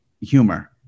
humor